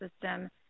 system